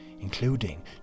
including